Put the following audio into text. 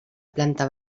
planta